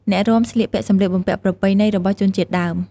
អ្នករាំស្លៀកពាក់សម្លៀកបំពាក់ប្រពៃណីរបស់ជនជាតិដើម។